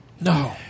No